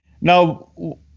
Now